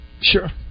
sure